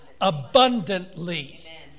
abundantly